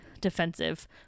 defensive